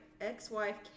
ex-wife